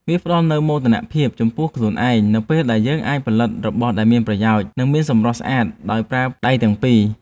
វាផ្ដល់នូវមោទនភាពចំពោះខ្លួនឯងនៅពេលដែលយើងអាចផលិតរបស់ដែលមានប្រយោជន៍ និងមានសម្រស់ស្អាតដោយប្រើដៃទាំងពីរ។